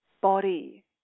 body